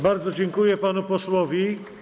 Bardzo dziękuję panu posłowi.